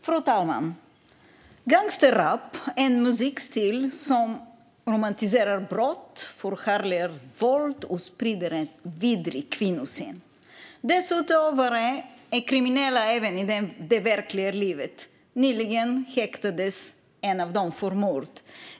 Fru talman! Gangsterrap är en musikstil som romantiserar brott, förhärligar våld och sprider en vidrig kvinnosyn. Dess utövare är kriminella även i det verkliga livet. Nyligen häktades en av dem för mord.